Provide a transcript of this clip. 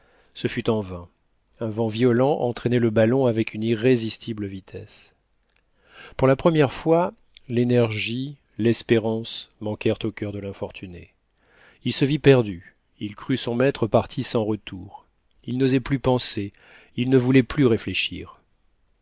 ce fut en vain un vent violent en traînait le ballon avec une irrésistible vitesse pour la première fois l'énergie l'espérance manquèrent au cur de l'infortuné il se vit perdu il crut son maître parti sans retour il n'osait plus penser il ne voulait plus réfléchir